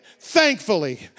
thankfully